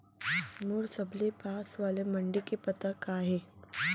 मोर सबले पास वाले मण्डी के पता का हे?